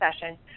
session